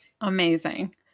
amazing